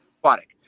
aquatic